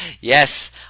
yes